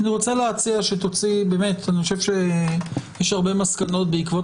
אני רוצה להציע שתוציאי אני חושב שיש הרבה מסקנות בעקבות